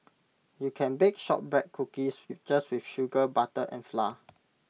you can bake Shortbread Cookies just with sugar butter and flour